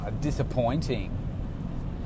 disappointing